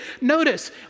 Notice